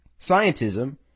Scientism